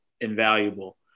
invaluable